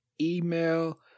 email